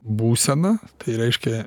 būseną tai reiškia